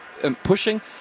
pushing